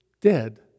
dead